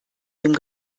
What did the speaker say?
dem